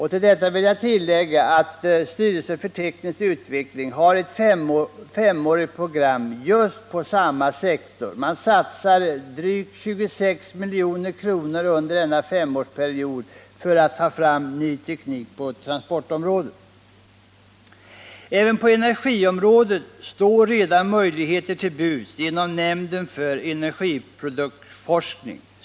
Jag vill tillägga att styrelsen för teknisk utveckling har ett femårigt program på samma sektor, där man satsar drygt 26 milj.kr. för att under denna femårsperiod ta fram ny teknik på transportområdet. Även på energiområdet står redan möjligheter till buds genom nämnden för energiproduktionsforskning.